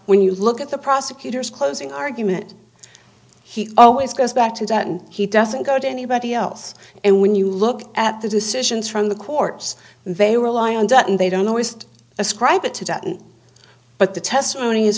when you look at the prosecutor's closing argument he always goes back to that and he doesn't go to anybody else and when you look at the decisions from the courts they rely on that and they don't always ascribe it to detonate but the testimony is